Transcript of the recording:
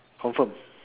confirm